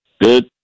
good